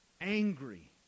angry